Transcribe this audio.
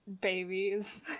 babies